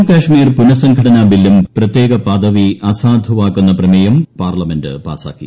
ജമ്മു കാശ്മീർ പുനഃസംഘടനാ ബില്ലും പ്രത്യേക പദവി റദ്ദാക്കുന്ന പ്രമേയവും പാർലമെന്റ് പാസ്സാക്കി